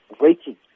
waiting